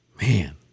Man